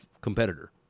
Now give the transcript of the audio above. competitor